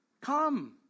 come